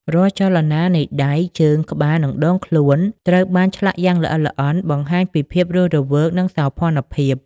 រាល់ចលនានៃដៃ ជើង ក្បាល និងដងខ្លួន ត្រូវបានឆ្លាក់យ៉ាងល្អិតល្អន់បង្ហាញពីភាពរស់រវើក និងសោភ័ណភាព។